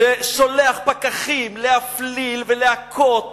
ששולח פקחים להפליל ולהכות